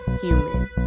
human